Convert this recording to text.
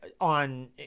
on